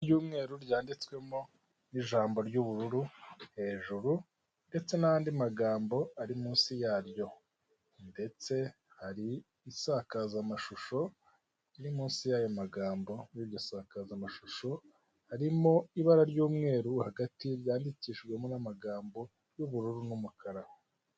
Y'umweru ryanditswemo ijambo ry'ubururu hejuru ndetse n'andi magambo ari munsi yaryo. Ndetse hari isakazamashusho riri munsi y'ayo magambo iryo sakazamashusho harimo ibara ry'umweru hagati ryandikishijwemo n'amagambo y'ubururu n'umukara.